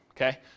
okay